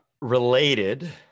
related